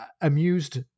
amused